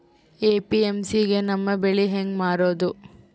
APMC ಗೆ ನಮ್ಮ ಬೆಳಿ ಹೆಂಗ ಮಾರೊದ?